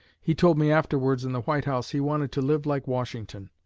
he told me afterwards in the white house he wanted to live like washington.